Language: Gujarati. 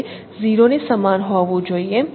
0 ની સમાન હોવું જોઈએ